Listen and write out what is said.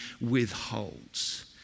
withholds